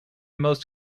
most